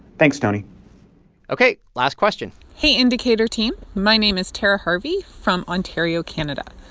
thanks, tony ok last question hey, indicator team. my name is tara harvey from ontario, canada.